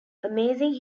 amazing